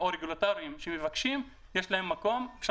ואני